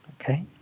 Okay